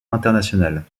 internationale